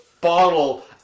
bottle